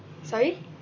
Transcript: sorry